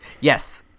Yes